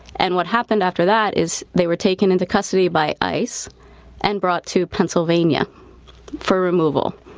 and what happened after that is they were taken into custody by ice and brought to pennsylvania for removal.